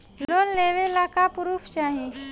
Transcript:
Loan लेवे ला का पुर्फ चाही?